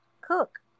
cook